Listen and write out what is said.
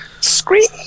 scream